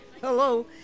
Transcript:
hello